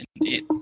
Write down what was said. Indeed